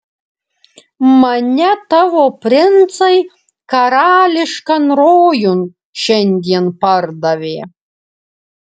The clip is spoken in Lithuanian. mane tavo princai karališkan rojun šiandien pardavė